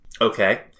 Okay